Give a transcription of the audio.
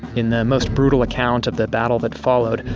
in the most brutal account of the battle that followed,